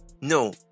no